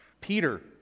Peter